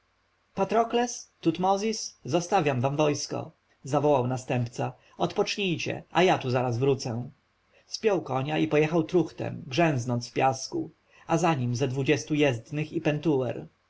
patrokles tutmozis zostawiam wam wojsko zawołał następca odpocznijcie a ja tu zaraz wrócę spiął konia i pojechał truchtem grzęznąc w piasku a za nim ze dwudziestu jezdnych i pentuer ty tu